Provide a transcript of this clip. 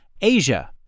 Asia